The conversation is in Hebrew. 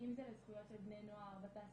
אם זה לזכויות של בני נוער בתעסוקה,